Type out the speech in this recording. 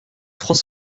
trois